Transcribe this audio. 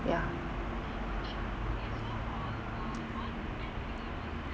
ya